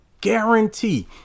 guarantee